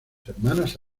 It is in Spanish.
hermanas